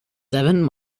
seven